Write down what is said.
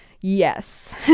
Yes